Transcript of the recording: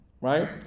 Right